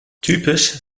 typisch